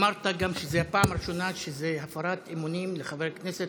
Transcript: אמרת גם שזו הפעם הראשונה שזו הפרת אמונים לחבר כנסת